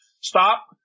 Stop